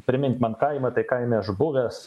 primint man kaimą tai kaime aš buvęs